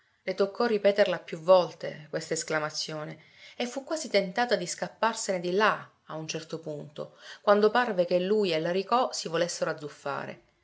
le toccò ripeterla più volte quest'esclamazione e fu quasi tentata di scapparsene di là a un certo punto quando parve che lui e l'aricò si volessero azzuffare